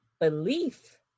belief